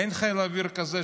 אין חיל אוויר כזה,